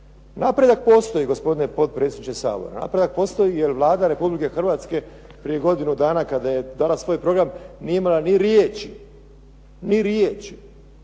Napredak postoji, gospodine potpredsjedniče Sabora, napredak postoji jer Vlada Republike Hrvatske prije godinu dana kada je donijela svoj program nije imala ni riječi, ni riječi